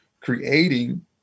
creating